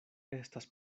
estas